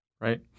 Right